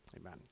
amen